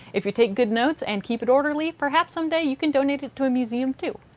if you take good notes and keep it orderly, perhaps some day you can donate it to a museum too.